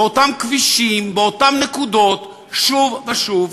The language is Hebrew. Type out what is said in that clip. באותם כבישים, באותן נקודות שוב ושוב,